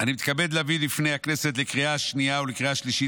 אני מתכבד להביא בפני הכנסת לקריאה השנייה ולקריאה השלישית